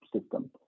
system